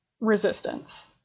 resistance